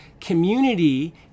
community